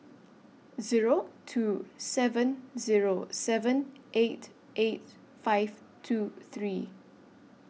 Zero two seven Zero seven eight eight five two three